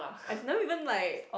I've never even like